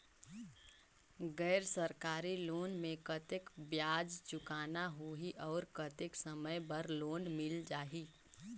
गैर सरकारी लोन मे कतेक ब्याज चुकाना होही और कतेक समय बर लोन मिल जाहि?